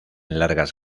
largas